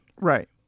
Right